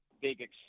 big